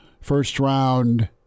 first-round